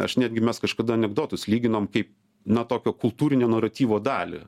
aš netgi mes kažkada anekdotus lyginom kaip na tokio kultūrinio naratyvo dalį